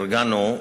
פרגנו,